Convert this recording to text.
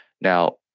Now